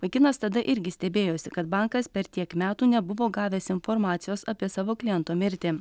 vaikinas tada irgi stebėjosi kad bankas per tiek metų nebuvo gavęs informacijos apie savo kliento mirtį